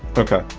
okay